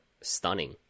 stunning